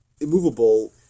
immovable